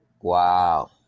Wow